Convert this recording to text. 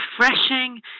refreshing